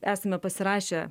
esame pasirašę